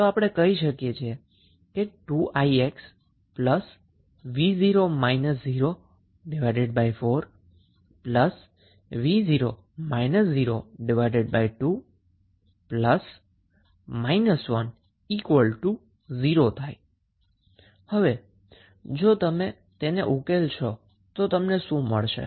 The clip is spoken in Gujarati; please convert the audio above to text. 2ix v0 04 v0 02 0 હવે જો તમે તેને ઉકેલશો તો તમને શું મળશે